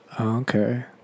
okay